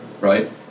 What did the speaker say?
right